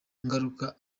ngaruka